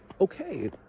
okay